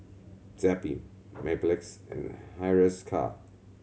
Zappy Mepilex and Hiruscar